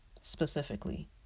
specifically